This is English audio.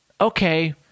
Okay